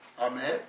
Amen